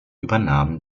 übernahm